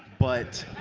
but